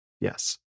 Yes